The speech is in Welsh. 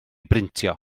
brintio